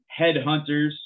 headhunters